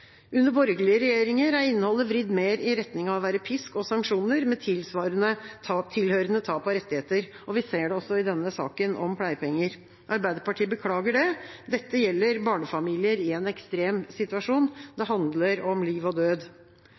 Under borgerlige regjeringer er innholdet vridd mer i retning av å være pisk og sanksjoner, med tilhørende tap av rettigheter, og vi ser det også i denne saken om pleiepenger. Arbeiderpartiet beklager det. Dette gjelder barnefamilier i en ekstrem situasjon, det handler om liv og død.